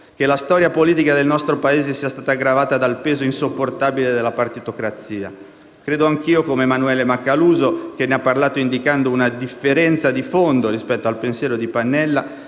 che la storia politica del nostro Paese sia stata gravata dal peso insopportabile della partitocrazia. Credo anche io, come Emanuele Macaluso - che ne ha parlato indicando una differenza di fondo rispetto al pensiero di Pannella